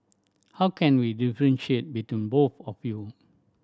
how can we differentiate between both of you